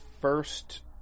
first